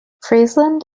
friesland